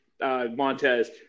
Montez